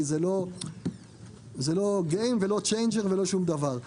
כי זה לא gain ולא changer ולא שום דבר.